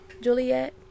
Juliet